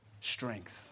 strength